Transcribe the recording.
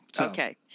Okay